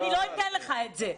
אני לא אתן לך את זה.